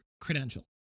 credential